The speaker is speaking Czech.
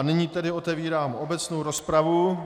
Nyní tedy otevírám obecnou rozpravu.